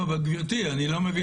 לא, אבל גברתי, אני לא מבין את זה.